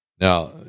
Now